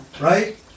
right